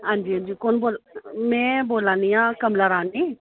हां जी हां जी कौन बोला में बोला नी आं कमला रानी